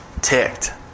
ticked